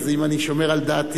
אז אם אני שומר על דעתי,